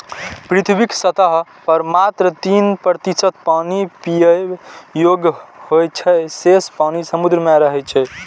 पृथ्वीक सतह पर मात्र तीन प्रतिशत पानि पीबै योग्य होइ छै, शेष पानि समुद्र मे रहै छै